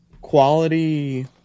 quality